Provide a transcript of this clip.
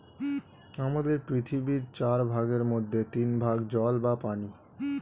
আমাদের পৃথিবীর চার ভাগের মধ্যে তিন ভাগ জল বা পানি